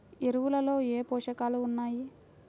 ఎరువులలో ఏ పోషకాలు ఉన్నాయి?